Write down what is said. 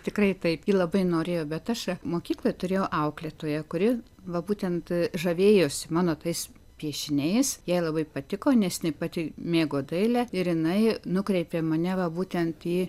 tikrai taip ji labai norėjo bet aš mokykloj turėjau auklėtoją kuri va būtent žavėjosi mano tais piešiniais jai labai patiko nes jinai pati mėgo dailę ir jinai nukreipė mane va būtent į